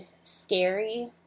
scary